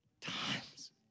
times